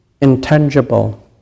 intangible